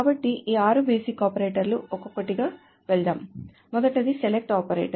కాబట్టి 6 బేసిక్ ఆపరేటర్లలో ఒక్కొక్కటిగా వెళ్దాం మొదటిది సెలక్ట్ ఆపరేటర్